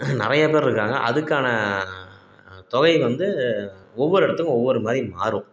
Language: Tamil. நிறைய பேர் இருக்காங்க அதுக்கான தொகை வந்து ஒவ்வொரு இடத்துக்கும் ஒவ்வொரு மாதிரி மாறும்